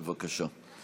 בבקשה.